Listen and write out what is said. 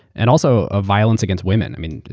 and also of violence against women. i mean,